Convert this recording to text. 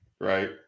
Right